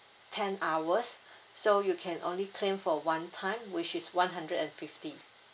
ten hours so you can only claim for one time which is one hundred and fifty